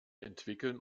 entwickeln